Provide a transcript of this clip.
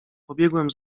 pobiegłem